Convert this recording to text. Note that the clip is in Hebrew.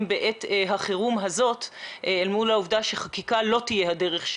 בעת החירום הזאת אל מול העובדה שחקיקה לא תהיה הדרך.